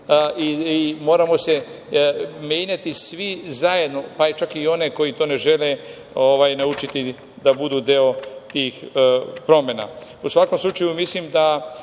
i moramo se menjati svi zajedno, pa čak i oni koji to ne žele naučiti da budu deo tih promena.U svakom slučaju, mislim da